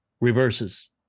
reverses